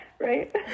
Right